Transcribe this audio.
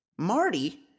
Marty